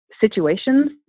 situations